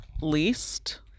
Least